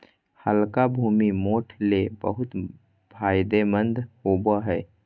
हल्का भूमि, मोठ ले बहुत फायदेमंद होवो हय